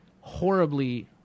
horribly